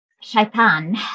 Shaitan